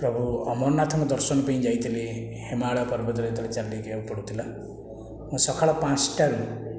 ପ୍ରଭୁ ଅମରନାଥଙ୍କ ଦର୍ଶନ ପାଇଁ ଯାଇଥିଲି ହିମାଳୟ ପର୍ବତରେ ଯେତେବେଳେ ଚାଲିକି ଯିବାକୁ ପଡ଼ୁଥିଲା ମୁଁ ସଖାଳ ପାଞ୍ଚଟାରୁ